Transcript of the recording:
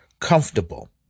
comfortable